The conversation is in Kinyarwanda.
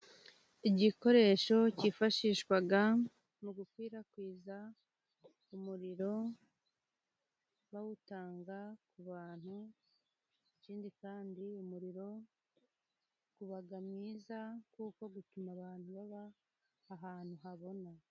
Igikoresho cyifashishwaga mu gukwirakwiza umuriro, bawutanga ku bantu. Ikindi kandi umuriro ubaga mwiza, kuko gutuma abantu baba ahantu habona.